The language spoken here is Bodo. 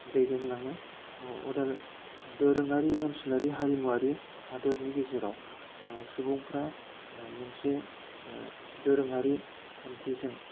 दैदेनलाङो दोरोङारि ओनसोलारि हारिमुवारि हादोरनि गेजेराव सुबुंफ्रा मोनसे दोरोङारि खान्थिजों